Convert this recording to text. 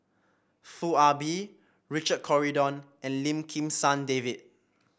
Foo Ah Bee Richard Corridon and Lim Kim San David